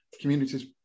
communities